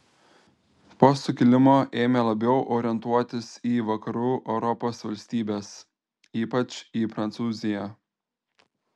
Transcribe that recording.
po sukilimo ėmė labiau orientuotis į vakarų europos valstybes ypač į prancūziją